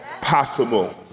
possible